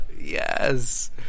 yes